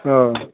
औ